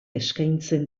eskaintzen